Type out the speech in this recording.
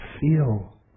Feel